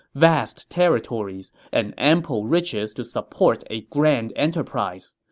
vast territories, and ample riches to support a grand enterprise.